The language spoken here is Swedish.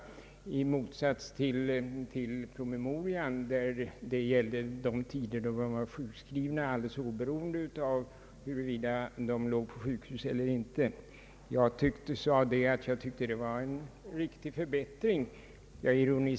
Detta står alltså i motsats till promemorian där det gällde de tider då man var sjukskriven oberoende av huruvida man låg på sjukhus eller inte. Jag tyckte att detta var en riktig förbättring.